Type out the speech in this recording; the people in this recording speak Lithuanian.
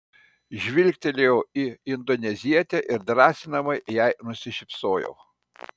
žvilgtelėjau į indonezietę ir drąsinamai jai nusišypsojau